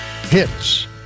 hits